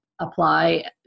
apply